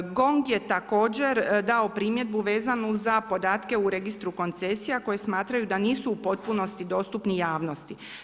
GONG je također dao primjedbu za podatke u registru koncesija koje smatraju da nisu u potpunosti dostupni javnosti.